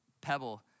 pebble